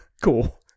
Cool